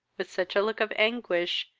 with such a look of anguish,